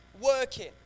working